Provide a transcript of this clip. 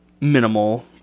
minimal